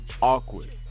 Awkward